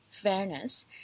Fairness